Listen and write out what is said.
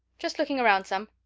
just looking around some.